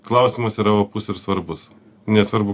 klausimas yra opus ir svarbus nesvarbu